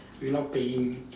without paying